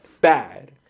Bad